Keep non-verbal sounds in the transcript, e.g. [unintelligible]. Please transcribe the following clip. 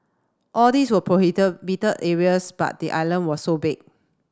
all these were [unintelligible] areas but the island was so big